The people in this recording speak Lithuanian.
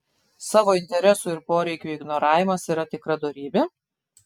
savo interesų ir poreikių ignoravimas yra tikra dorybė